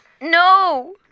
No